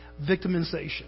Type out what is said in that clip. Victimization